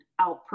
outperform